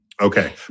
okay